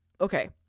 Okay